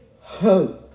hope